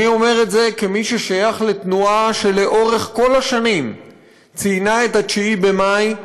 אני אומר את זה כמי ששייך לתנועה שלאורך כל השנים ציינה את 9 במאי.